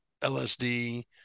LSD